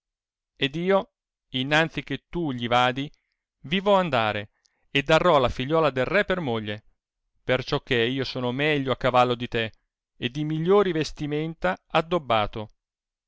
ed io innanzi che tu gli vadi vi vo andare ed arrò la figliuola del re per moglie perciò che io sono meglio a cavallo di te e di migliori vestimenta adobbato